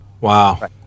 Wow